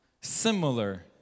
similar